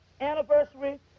anniversary